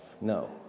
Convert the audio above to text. No